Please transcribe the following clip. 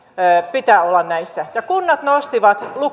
pitää olla näissä ja kunnat nostivat